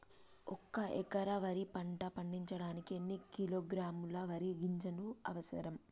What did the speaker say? ఒక్క ఎకరా వరి పంట పండించడానికి ఎన్ని కిలోగ్రాముల వరి గింజలు అవసరం?